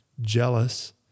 jealous